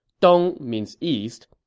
dong means east,